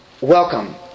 Welcome